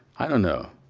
i don't know,